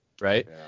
Right